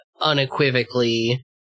unequivocally